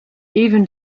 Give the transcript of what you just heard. even